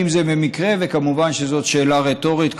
כמובן, זאת שאלה רטורית.